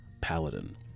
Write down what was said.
paladin